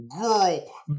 Girl